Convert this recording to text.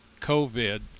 COVID